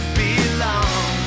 belong